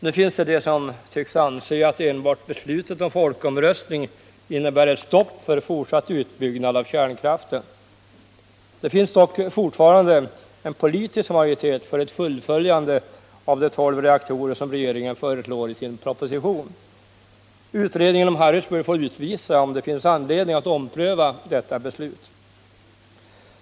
Det finns personer som tycks anse att enbart beslutet om folkomröstning innebär ett stopp för fortsatt utbyggnad av kärnkraften. Det finns dock fortfarande en politisk majoritet för ett fullföljande av de 12 reaktorer som regeringen föreslår i sin proposition. Utredningen om Harrisburg får utvisa, om det finns anledning att ompröva detta beslut.